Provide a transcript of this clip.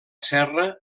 serra